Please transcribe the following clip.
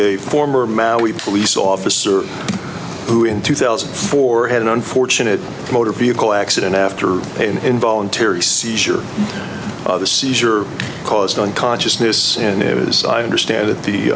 a former maui police officer who in two thousand and four had an unfortunate motor vehicle accident after an involuntary seizure the seizure caused unconsciousness and it was i understand that the